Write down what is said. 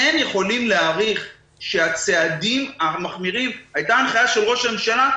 יכולים להעריך שהצעדים המחמירים הייתה הנחייה של ראש הממשלה,